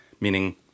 meaning